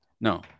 no